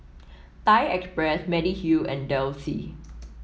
Thai Express Mediheal and Delsey